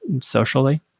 socially